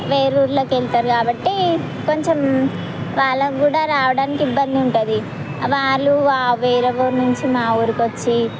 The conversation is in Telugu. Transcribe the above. వేరే ఊళ్ళకి వెళ్తారు కాబట్టి కొంచెం వాళ్ళకు కూడా రావడానికి ఇబ్బంది ఉంటుంది వాళ్ళు వేరే ఊరి నుంచి మా ఊరికి వచ్చి